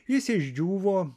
jis išdžiūvo